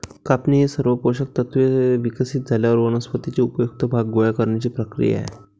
कापणी ही सर्व पोषक तत्त्वे विकसित झाल्यावर वनस्पतीचे उपयुक्त भाग गोळा करण्याची क्रिया आहे